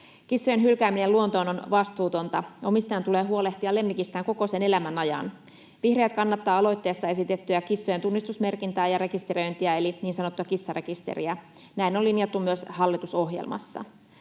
Kissojen hylkääminen luontoon on vastuutonta. Omistajan tulee huolehtia lemmikistään koko sen elämän ajan. Vihreät kannattavat aloitteessa esitettyjä kissojen tunnistusmerkintää ja rekisteröintiä eli niin sanottua kissarekisteriä. Näin on linjattu myös hallitusohjelmassa.